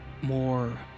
more